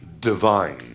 divine